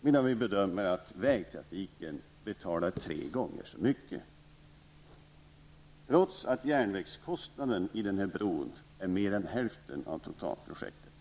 medan vi bedömer att vägtrafiken betalar tre gånger så mycket, trots att järnvägskostnaden i bron är mer än hälften av kostnaden för totalprojektet.